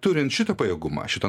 turint šitą pajėgumą šitą